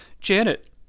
Janet